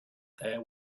there